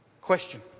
Question